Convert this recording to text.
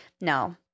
No